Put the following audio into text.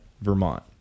Vermont